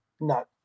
No